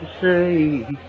say